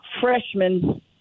freshmen